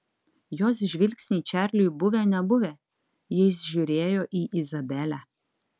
jos žvilgsniai čarliui buvę nebuvę jis žiūrėjo į izabelę